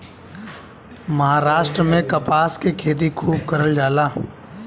महाराष्ट्र में कपास के खेती खूब करल जाला